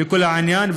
לכל העניין,